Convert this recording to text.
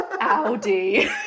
audi